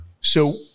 So-